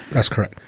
that's correct.